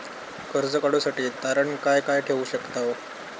कर्ज काढूसाठी तारण काय काय ठेवू शकतव?